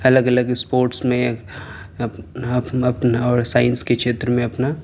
الگ الگ اسپورٹس میں اور سائنس کے چھیتر میں اپنا